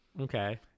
Okay